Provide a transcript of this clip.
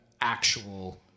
actual